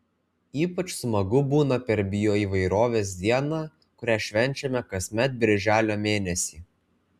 ypač smagu būna per bioįvairovės dieną kurią švenčiame kasmet birželio mėnesį